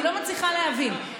אני לא מצליחה להבין.